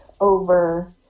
over